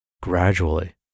gradually